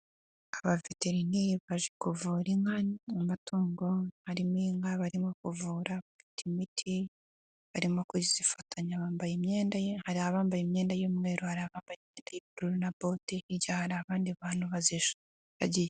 Abaveterineri baje kuvura inka mu matungo harimo inka barimo kuvura, bafite imiti barimo kuzifatanya bambaye imyenda ye hari abambaye imyenda y'umweru hari abambaye imyenda y'ubururu na bote ,hirya hari abandi bantu baziragiye.